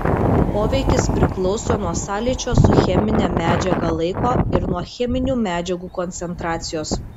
poveikis priklauso nuo sąlyčio su chemine medžiaga laiko ir nuo cheminių medžiagų koncentracijos